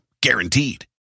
guaranteed